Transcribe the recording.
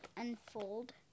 unfold